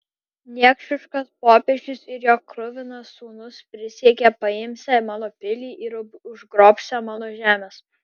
niekšiškas popiežius ir jo kruvinas sūnus prisiekė paimsią mano pilį ir užgrobsią mano žemes